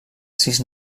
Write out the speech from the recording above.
sis